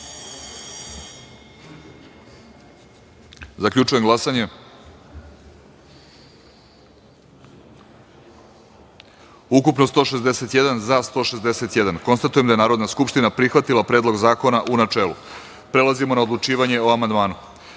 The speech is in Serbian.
načelu. Zaključujem glasanje: ukupno –161, za – 161.Konstatujem da je Narodna skupština prihvatila Predlog zakona, u načelu. Prelazimo na odlučivanje o amandmanu. Na